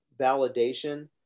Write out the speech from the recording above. validation